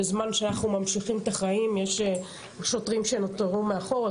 בזמן שאנחנו ממשיכים את החיים יש שוטרים שנותרו מאחור.